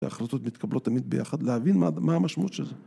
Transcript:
ההחלטות מתקבלות תמיד ביחד, להבין מה המשמעות של זה.